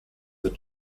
that